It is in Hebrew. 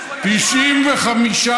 אני לא שיקרתי, אתה שמשקר.